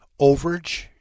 overage